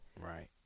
right